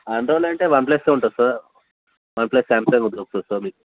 ఆండ్రాయిడ్లో అంటే వన్ప్లస్ ఉంటుంది sir OnePlus Samsung ఒకటి వస్తుంది సార్ మీకు